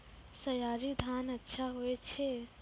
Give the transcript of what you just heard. सयाजी धान अच्छा होय छै?